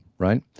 right?